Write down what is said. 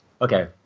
Okay